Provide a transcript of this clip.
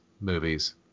movies